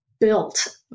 built